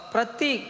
Prati